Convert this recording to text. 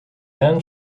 then